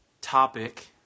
topic